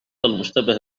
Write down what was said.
المشتبه